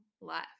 life